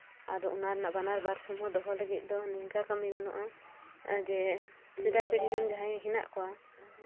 ᱟᱫᱚ ᱚᱱᱟ ᱨᱮᱭᱟᱜ ᱵᱟᱱᱟᱨ ᱵᱷᱟᱨ ᱥᱟᱢᱢᱚ ᱫᱚᱦᱚ ᱞᱟᱹᱜᱤᱫ ᱫᱚ ᱱᱤᱝᱠᱟ ᱠᱟᱹᱢᱤ ᱜᱟᱱᱚᱜᱼᱟ ᱡᱮ ᱥᱮᱫᱟᱭ ᱯᱤᱲᱦᱤ ᱨᱮᱱ ᱡᱟᱦᱟᱸᱭ ᱢᱮᱱᱟᱜ ᱠᱚᱣᱟ ᱩᱱᱠᱩ ᱴᱷᱮᱱ